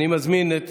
אני מזמין את